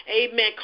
Amen